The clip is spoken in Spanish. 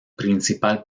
principal